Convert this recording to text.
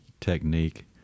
technique